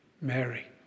Mary